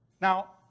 Now